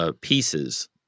pieces